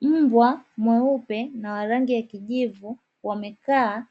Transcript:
Mbwa mweupe na wa rangi ya kijivu wamekaa